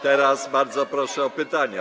Teraz bardzo proszę o pytania.